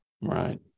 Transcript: Right